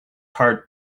heart